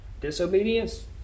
Disobedience